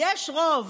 יש רוב,